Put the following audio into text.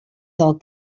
del